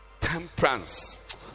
Temperance